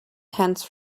hands